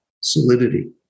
solidity